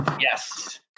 Yes